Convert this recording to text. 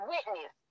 witness